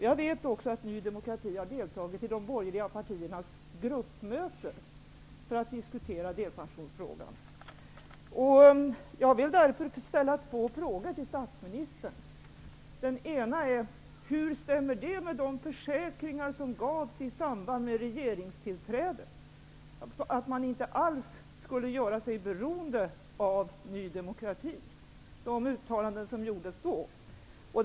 Jag vet också att Ny demokrati har deltagit i de borgerliga partiernas gruppmöten för att diskutera delpensionsfrågan. Den ena är: Hur stämmer det överens med de försäkringar och uttalanden om att man inte alls skulle göra sig beroende av Ny demokrati som gjordes i samband med regeringstillträdet?